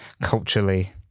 culturally